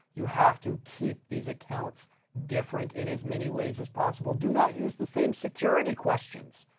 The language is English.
you have to keep these accounts different in as many ways as possible. do not use the same security questions,